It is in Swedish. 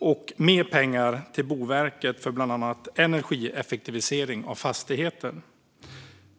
och mer pengar till Boverket för bland annat energieffektivisering av fastigheter.